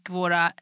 våra